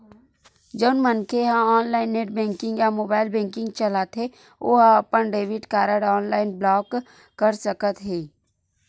जउन मनखे ह ऑनलाईन नेट बेंकिंग या मोबाईल बेंकिंग चलाथे ओ ह अपन डेबिट कारड ऑनलाईन ब्लॉक कर सकत हे